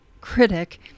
critic